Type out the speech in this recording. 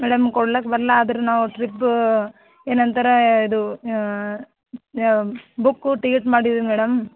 madam ಕೊಡ್ಲಕ್ಕೆ ಬರಲ್ಲ ಆದರೆ ನಾವು ಟ್ರಿಪ್ಪು ಏನಂತಾರೆ ಇದು ಬುಕ್ಕು ಟಿಕೆಟ್ ಮಾಡಿದಿವಿ ಮೇಡಮ್